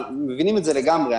אנחנו מבינים את זה לגמרי.